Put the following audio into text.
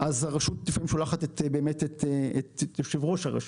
אז הרשות לפעמים באמת שולחת את יושב ראש הרשות.